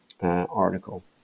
Article